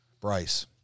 Bryce